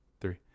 three